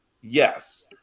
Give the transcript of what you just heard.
Yes